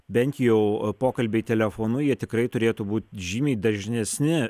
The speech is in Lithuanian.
bent jau pokalbiai telefonu jie tikrai turėtų būt žymiai dažnesni